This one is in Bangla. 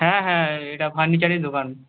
হ্যাঁ হ্যাঁ এটা ফার্নিচারের দোকান